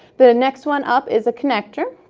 the next one up is a connector.